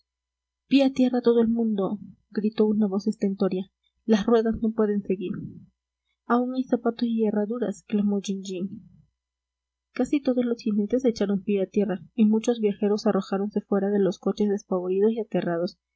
a tierra todo el mundo gritó una voz estentórea las ruedas no pueden seguir aún hay zapatos y herraduras clamó jean jean casi todos los jinetes echaron pie a tierra y muchos viajeros arrojáronse fuera de los coches despavoridos y aterrados